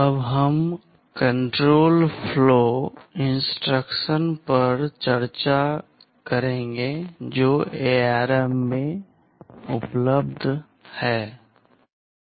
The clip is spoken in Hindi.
अब हम कण्ट्रोल फ्लो इंस्ट्रक्शंस पर चर्चा करते हैं जो ARM में उपलब्ध हैं